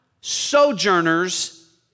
sojourners